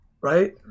right